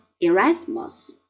Erasmus